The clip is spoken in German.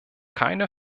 keine